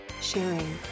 sharing